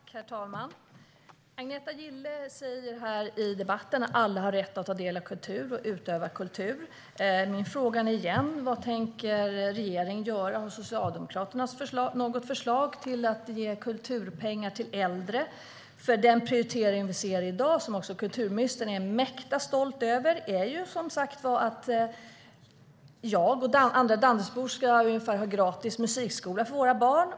Herr talman! Agneta Gille säger i debatten att alla har rätt att ta del av kultur och utöva kultur. Min fråga är återigen vad regeringen tänker göra. Har Socialdemokraterna något förslag om att ge kulturpengar till äldre? Den prioritering vi ser i dag och som kulturministern är mäkta stolt över är nämligen ungefär att jag och andra Danderydsbor ska ha gratis musikskola för våra barn.